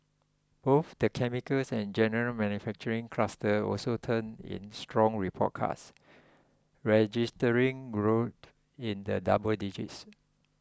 both the chemicals and general manufacturing clusters also turned in strong report cards registering growth in the double digits